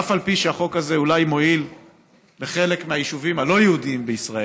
אף על פי שהחוק הזה אולי מועיל לחלק מהיישובים הלא-יהודיים בישראל,